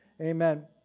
Amen